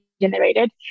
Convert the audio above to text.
generated